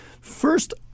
First